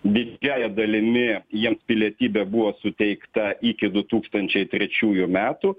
didžiąja dalimi jiems pilietybė buvo suteikta iki du tūkstančiai trečiųjų metų